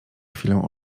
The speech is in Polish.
chwilę